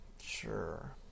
sure